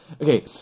Okay